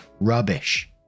rubbish